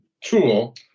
tool